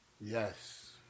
yes